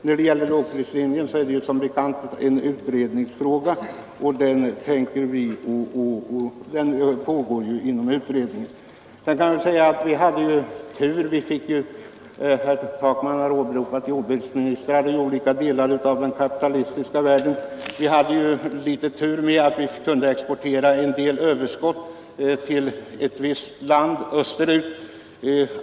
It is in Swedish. När det gäller lågprislinjen pågår ju som bekant en utredning. Herr Takman har åberopat jordbruksministrar i olika delar av den kapitalistiska världen. Vi hade ju litet tur att vi kunde exportera en del överskott till ett visst land österut.